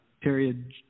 Period